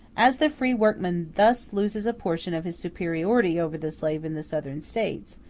as the free workman thus loses a portion of his superiority over the slave in the southern states,